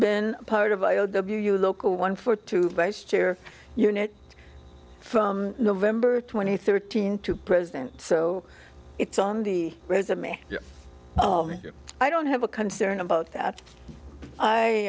been part of i o w local one for two vice chair unit from november twenty third teen to president so it's on the resume oh i don't have a concern about that